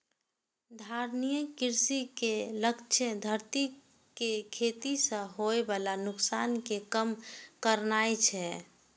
धारणीय कृषि के लक्ष्य धरती कें खेती सं होय बला नुकसान कें कम करनाय छै